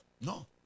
No